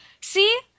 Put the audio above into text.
see